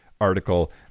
article